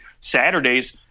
Saturdays